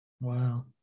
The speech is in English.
Wow